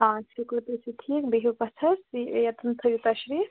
آ شُکُر تُہۍ چھُو ٹھیٖک بِہِو پَتھَر یَتٮ۪ن تھٲیِو تَشریٖف